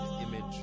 image